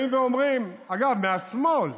אגב, מהשמאל.